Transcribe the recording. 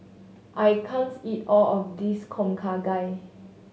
I can't eat all of this Tom Kha Gai